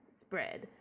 spread